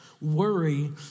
worry